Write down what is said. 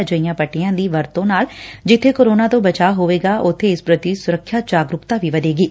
ਅਜਿਹੀਆਂ ਪੱਟੀਆਂ ਦੀ ਵਰਤੋਂ ਨਾਲ ਜਿਬੇ ਕੋਰੋਨਾ ਤੋਂ ਬਚਾਅ ਹੋਵੇਗਾ ਉਬੇ ਇਸ ਪ੍ਰਤੀ ਸੁਰੱਖਿਆ ਜਾਗਰੁਕਤਾ ਵੀ ਵਧੇਗੀ